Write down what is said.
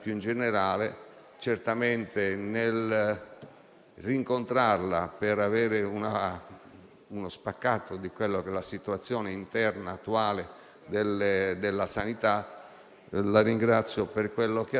Il Presidente della Regione Siciliana si è visto, infatti, costretto a bloccare le entrate per tutelare i suoi cittadini e la risposta del Governo è stata l'impugnativa dell'ordinanza.